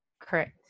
Correct